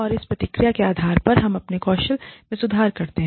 और उस प्रतिक्रिया के आधार पर हम अपने कौशल में सुधार करते हैं